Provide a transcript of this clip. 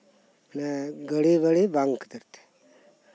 ᱢᱟᱱᱮ ᱜᱟᱹᱲᱤ ᱵᱟᱹᱲᱤ ᱵᱟᱝ ᱠᱷᱟᱹᱛᱤᱨ ᱛᱮ